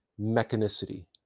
mechanicity